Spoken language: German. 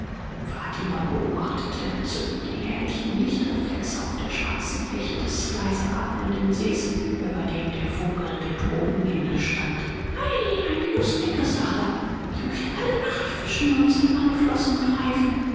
fatima beobachtete entzückt die herrlichen lichtreflexe auf der schwarzen fläche des leise atmenden sees über dem der funkelnde tropenhimmel stand ei eine lustige sache ich möchte alle nacht fischen und silberne flossen greifen